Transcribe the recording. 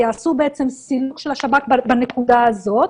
יעשו בעצם סילוק של השב"כ בנקודה הזאת.